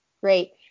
Great